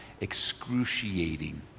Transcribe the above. excruciating